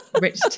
rich